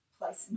place